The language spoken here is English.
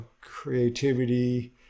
creativity